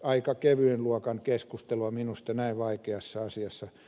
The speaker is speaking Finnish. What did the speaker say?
aika kevyen luokan keskustelua minusta näin vaikeassa asiassa